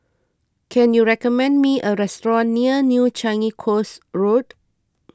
can you recommend me a restaurant near New Changi Coast Road